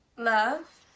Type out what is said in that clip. love?